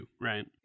right